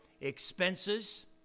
expenses